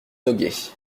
noguès